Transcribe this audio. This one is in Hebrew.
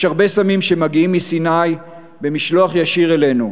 יש הרבה סמים שמגיעים מסיני במשלוח ישיר אלינו.